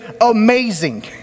amazing